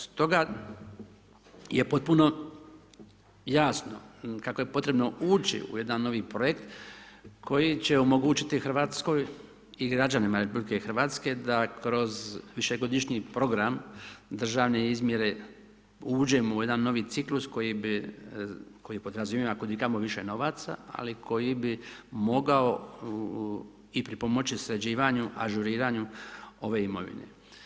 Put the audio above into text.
S toga je potpuno jasno kako je potrebno ući u jedan novi projekt, koji će omogućiti Hrvatskoj i građanima RH da kroz višegodišnji program državne izmjere uđemo u jedan novi ciklus koji bi, koji podrazumijeva kud i kamo više novac, ali koji bi mogao i pri pomoći sređivanju, ažuriranju ove imovine.